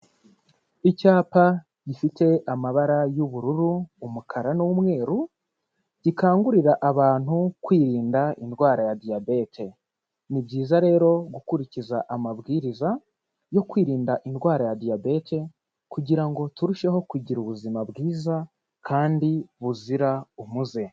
icyapa gifite amabara y'ubururu umukara n'umweru gikangurira abantu kwirinda indwara ya diyabete ni byiza rero gukurikiza amabwiriza yo kwirinda indwara ya diyabete kugira ngo turusheho kugira ubuzima bwiza kandi buzira umuze